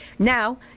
Now